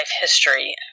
history